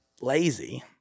lazy